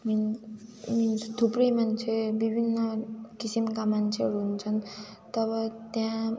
mean means थुप्रै मान्छे विभिन्न किसिमका मान्छेहरू हुन्छन् तब त्यहाँ